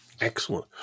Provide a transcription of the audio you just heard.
Excellent